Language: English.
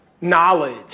knowledge